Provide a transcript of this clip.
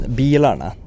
bilarna